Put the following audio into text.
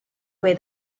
where